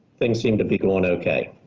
things seem to be going okay.